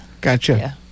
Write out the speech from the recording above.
Gotcha